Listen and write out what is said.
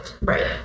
Right